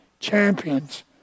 champions